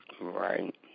Right